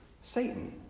Satan